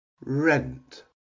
rent